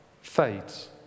fades